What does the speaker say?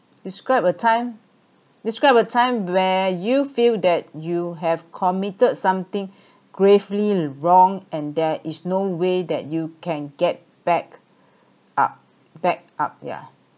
describe a time describe a time when you feel that you have committed something gravely wrong and there is no way that you can get back up back up yeah